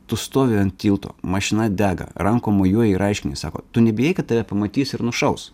tu stovi ant tilto mašina dega rankom mojuoji ir aiškini sako tu nebijai kad tave pamatys ir nušaus